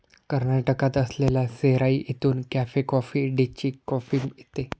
कर्नाटकात असलेल्या सेराई येथून कॅफे कॉफी डेची कॉफी येते